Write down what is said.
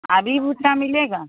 अभी भुट्टा मिलेगा